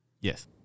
Yes